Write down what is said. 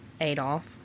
Adolf